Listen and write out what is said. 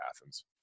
Athens